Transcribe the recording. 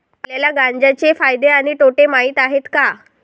आपल्याला गांजा चे फायदे आणि तोटे माहित आहेत का?